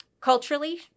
culturally